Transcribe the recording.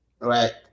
Right